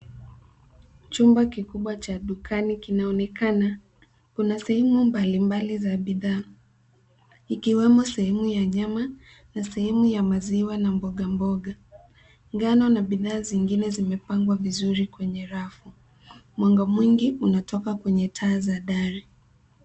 Chumba kikubwa cha dukani kinaonekana kuna sehemu mbali mbali za bidhaa ikiwemo sehemu ya nyama na sehemu ya maziwa na mboga mboga, ngano na bidhaa zingine zimepangwa vizuri kwenye rafu, mwanga mwingi unatoka kwenye taa za dari.